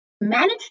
managed